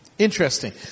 Interesting